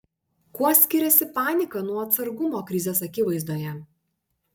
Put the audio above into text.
kuo skiriasi panika nuo atsargumo krizės akivaizdoje